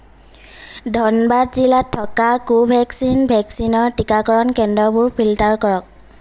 ধনবাদ জিলাত থকা কোভেক্সিন ভেকচিনৰ টীকাকৰণ কেন্দ্ৰবোৰ ফিল্টাৰ কৰক